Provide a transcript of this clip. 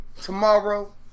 tomorrow